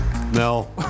No